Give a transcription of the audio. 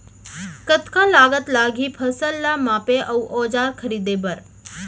कतका लागत लागही फसल ला मापे के औज़ार खरीदे बर?